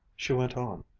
she went on,